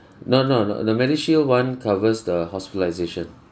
no no no the medishield one covers the hospitalisation